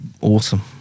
awesome